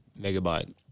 megabyte